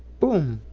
boom!